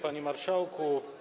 Panie Marszałku!